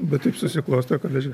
bet taip susiklosto kad aš